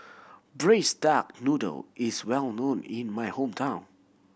Braised Duck Noodle is well known in my hometown